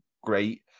great